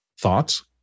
Thoughts